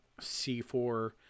C4